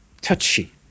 touchy